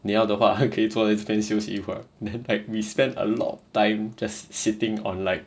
你要的话还可以坐在这边休息一会儿 then like we spend a lot of time just sitting on like